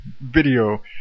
video